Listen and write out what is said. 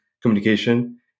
communication